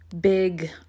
big